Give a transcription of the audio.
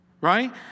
right